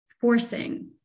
forcing